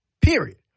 period